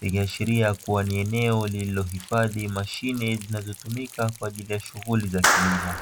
ikiashiria kuwa ni eneo lililohifadhi mashine zinazotumika katika shughuli za kilimo.